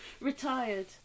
retired